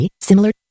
Similar